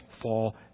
fall